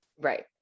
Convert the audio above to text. Right